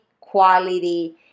quality